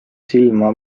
silma